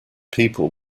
people